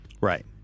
Right